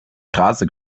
straße